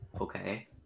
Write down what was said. Okay